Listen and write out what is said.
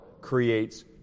creates